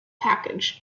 package